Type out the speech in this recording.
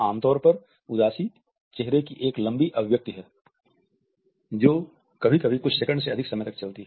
आमतौर पर उदासी चेहरे की एक लंबी अभिव्यक्ति है जो कभी कभी कुछ सेकंड से अधिक समय तक चलती है